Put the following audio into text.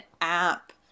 app